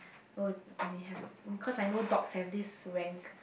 oh may have cause I know dogs have this rank